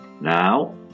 Now